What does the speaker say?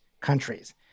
countries